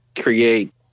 create